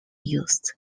used